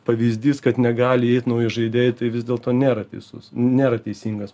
pavyzdys kad negali įeit nauji žaidėjai tai vis dėlto nėra teisus nėra teisingas